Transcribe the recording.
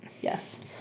Yes